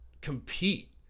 compete